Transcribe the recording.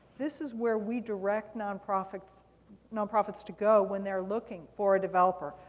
this is where we direct non-profits non-profits to go when they're looking for a developer.